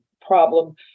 problem